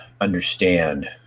understand